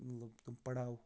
مطلب تِم پَڑاو